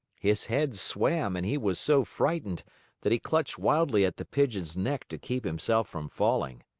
his head swam and he was so frightened that he clutched wildly at the pigeon's neck to keep himself from falling.